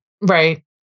right